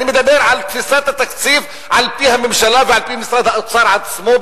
אני מדבר על תפיסת התקציב על-פי הממשלה ועל-פי משרד האוצר עצמו,